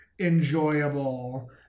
enjoyable